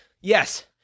Yes